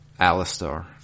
Alistar